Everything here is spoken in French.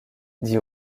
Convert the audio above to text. dit